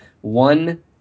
One